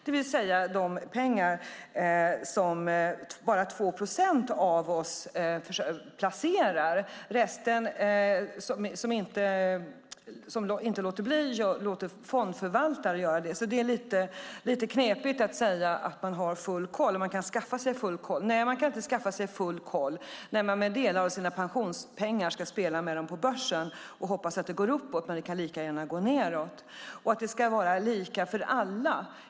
Det handlar alltså om de pengar som bara 2 procent av oss placerar. Resten, som låter bli, låter fondförvaltare göra det. Det är alltså lite knepigt att säga att man har full koll och att man kan skaffa sig full koll. Nej, man kan inte skaffa sig full koll när man ska spela med delar av sina pensionspengar på börsen och hoppas att det går uppåt. Men det kan lika gärna gå nedåt.